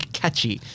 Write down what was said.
catchy